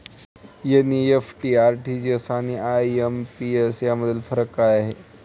NEFT, RTGS आणि IMPS यामधील फरक काय आहे?